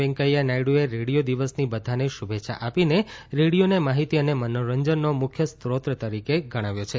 વેકૈયા નાયડુએ રેડીયો દિવસની બધાને શુભેચ્છા આપીને રેડિયોને માહિતી અને મનોરંજનનો મુખ્ય સ્ત્રોત તરીકે ઓળખાવ્યો છે